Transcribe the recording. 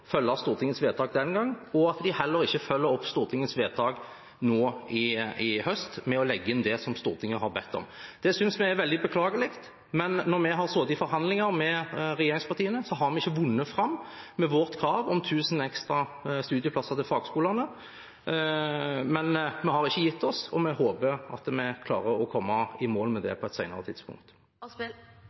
legge inn det som Stortinget hadde bedt om. Det synes vi er veldig beklagelig, men når vi har sittet i forhandlinger med regjeringspartiene, har vi ikke vunnet fram med vårt krav om tusen ekstra studieplasser til fagskolene. Men vi har ikke gitt oss, og vi håper at vi klarer å komme i mål med det på et